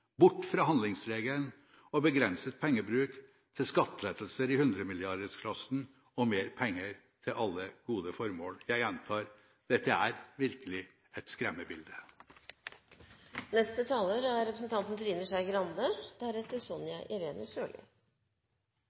bort fra handlingsregelen og begrenset pengebruk, til skattelettelser i hundremilliardersklassen og mer penger til alle gode formål. Jeg gjentar: Dette er virkelig et